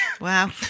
wow